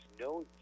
no